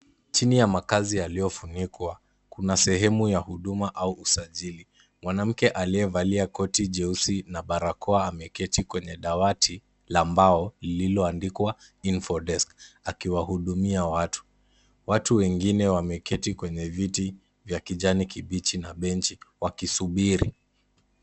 Chini ya makazi yaliyofunikwa kuna sehemu ya huduma au usajili. Mwanamke aliyevalia koti jeusi ameketi kwenye dawati la mbao lililoandikwa info desk akiwahudumia watu. Watu wengine wameketi kwenye viti vya kijani kibichi na benchi wakisubiri.